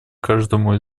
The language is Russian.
каждому